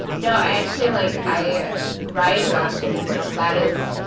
no, i actually like i write exhaustion is like that is.